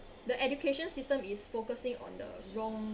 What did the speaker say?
the education system is focusing on the wrong